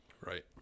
Right